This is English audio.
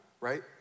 right